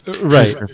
Right